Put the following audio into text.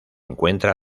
encuentra